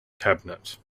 cabinet